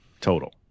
Total